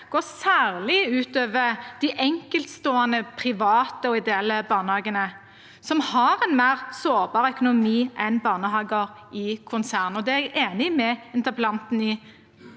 går ut over de enkeltstående private og ideelle barnehagene, som har en mer sårbar økonomi enn barnehager i konsern. Det er jeg enig med interpellanten i.